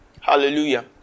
Hallelujah